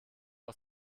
aus